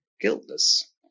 guiltless